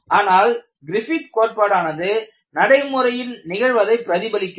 ஆனால் கிரிஃபித் கோட்பாடானது நடைமுறையில் நிகழ்வதை பிரதிபலிக்கிறது